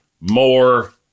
more